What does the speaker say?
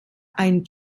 ein